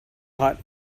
hot